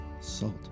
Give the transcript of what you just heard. SALT